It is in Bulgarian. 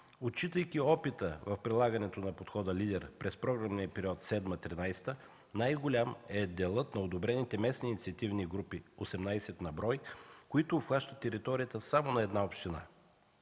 Отчитайки опита в прилагането на подхода „Лидер” през програмния период 2007-2013 г., най-голям е делът на одобрените местни инициативни групи – 18 на брой, които обхващат територията само на една община.